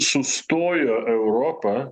sustojo europa